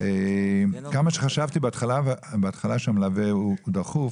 כמה שחשבתי בהתחלה שהמלווה הוא דחוף,